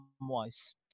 wise